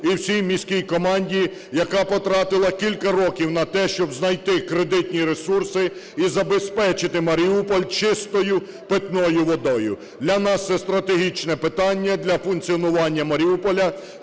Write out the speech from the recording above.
і всій міській команді, яка потратила кілька років на те, щоб знайти кредитні ресурси і забезпечити Маріуполь чистою питною водою. Для нас це стратегічне питання, для функціонування Маріуполя